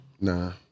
nah